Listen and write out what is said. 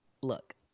look